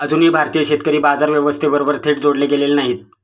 अजूनही भारतीय शेतकरी बाजार व्यवस्थेबरोबर थेट जोडले गेलेले नाहीत